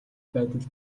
байдал